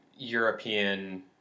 european